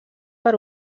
per